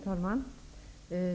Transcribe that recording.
Herr talman!